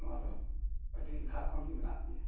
ᱱᱚᱣᱟ ᱫᱚ ᱟᱹᱰᱤ ᱞᱟᱦᱟ ᱠᱷᱚᱱ ᱜᱮ ᱢᱮᱱᱟᱜ ᱛᱤᱧᱟᱹ